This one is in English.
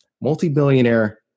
multi-billionaire